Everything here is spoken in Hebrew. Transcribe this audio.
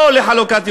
לא לחלוקת ירושלים,